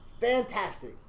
fantastic